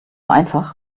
einfach